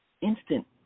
instant